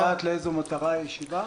האם אפשר לדעת לאיזו מטרה הישיבה?